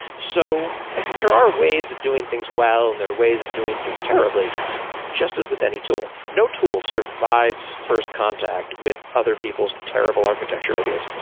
so and there are ways of doing things well and there are ways of doing things terribly just as with any tool. no tool survives first contact with other people's terrible architecture ideas.